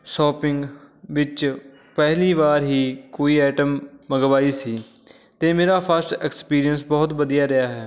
shopping ਵਿੱਚ ਪਹਿਲੀ ਵਾਰ ਹੀ ਕੋਈ ਆਈਟਮ ਮੰਗਵਾਈ ਸੀ ਅਤੇ ਮੇਰਾ ਫਸਟ ਐਕਸਪੀਰੀਅੰਸ ਬਹੁਤ ਵਧੀਆ ਰਿਹਾ ਹੈ